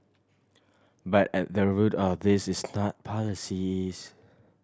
but at the root of this is not policies